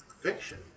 fiction